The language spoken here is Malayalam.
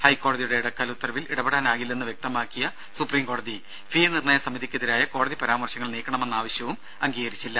ഹൈക്കോടതിയുടെ ഇടക്കാല ഉത്തരവിൽ ഇടപെടാനാകില്ലെന്ന് വ്യക്തിമാക്കിയ സുപ്രീംകോടതി ഫീ നിർണയ സമിതിക്കെതിരായ കോടതി പരാമർശങ്ങൾ നീക്കണമെന്ന ആവശ്യവും അംഗീകരിച്ചില്ല